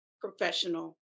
professional